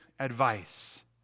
advice